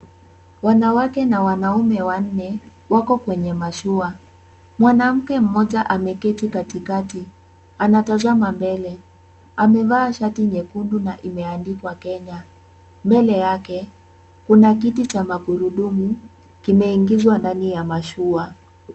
Wanawake na wanaume wanne wako kwenye mashua. Mwanamke mmoja ameketi katikati anatazama mbele. Amevaa shati nyekundu na imeandikwa Kenya. Mbele yake kuna kiti cha magurudumu kimeingizwa ndani ya mashua.